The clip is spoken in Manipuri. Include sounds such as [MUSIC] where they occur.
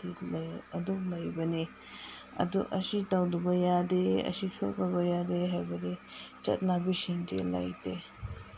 [UNINTELLIGIBLE] ꯑꯗꯨꯝ ꯂꯩꯕꯅꯦ ꯑꯗꯨ ꯑꯁꯤ ꯇꯧꯗꯕ ꯌꯥꯗꯦ ꯑꯁꯤ ꯁꯣꯛꯅꯕ ꯌꯥꯗꯦ ꯍꯥꯏꯕꯗꯤ ꯆꯠꯅꯕꯤꯁꯤꯡꯗꯤ ꯂꯩꯇꯦ